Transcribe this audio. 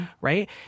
right